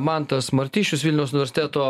mantas martišius vilniaus universiteto